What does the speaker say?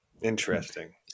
Interesting